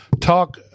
talk